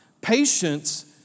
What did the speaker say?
Patience